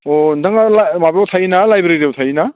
अह नोंथाहा माबायाव थायोना लाइब्रेरियाव थायोना